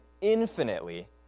infinitely